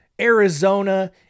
Arizona